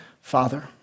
father